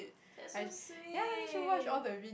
that's so sweet